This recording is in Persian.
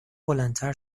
بلندتر